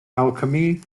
alchemy